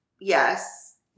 Yes